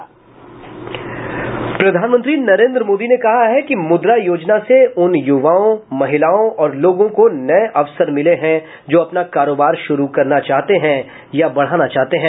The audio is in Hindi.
प्रधानमंत्री नरेन्द्र मोदी ने कहा है कि मुद्रा योजना से उन युवाओं महिलाओं और लोगों को नये अवसर मिले हैं जो अपना कारोबार शुरू करना चाहते हैं या बढ़ाना चाहते हैं